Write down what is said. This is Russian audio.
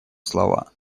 слова